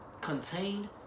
contained